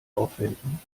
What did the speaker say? aufwenden